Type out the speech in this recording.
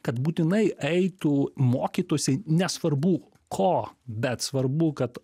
kad būtinai eitų mokytųsi nesvarbu ko bet svarbu kad